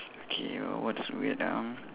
okay what's weird ah